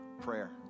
prayer